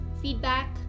feedback